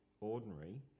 ordinary